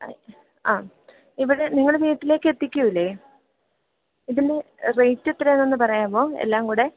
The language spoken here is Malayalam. അ ഇവിടെ നിങ്ങൾ വീട്ടിലേക്ക് എത്തിക്കില്ലേ ഇതിന് റേറ്റ് എത്രയാണെന്നൊന്നു പറയാമോ എല്ലാം കൂടി